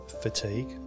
fatigue